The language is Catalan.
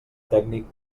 tècnic